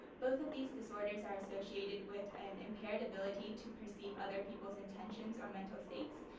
both of these disorders are associated with an impaired ability to perceive other people's intentions or mental states.